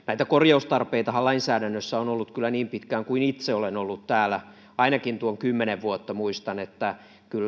näitä korjaustarpeitahan lainsäädännössä on kyllä ollut niin pitkään kuin itse olen ollut täällä ainakin tuon kymmenen vuotta muistan että kyllä